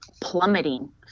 plummeting